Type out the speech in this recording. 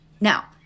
Now